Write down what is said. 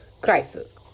crisis